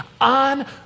on